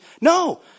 No